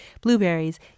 blueberries